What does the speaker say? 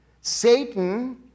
Satan